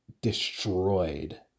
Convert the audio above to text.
destroyed